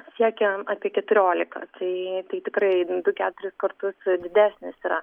siekia apie keturiolika tai tai tikrai du keturis kartus didesnis yra